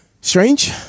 Strange